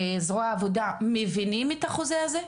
זרוע עבודה, מבינים את החוזה הזה?